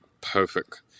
perfect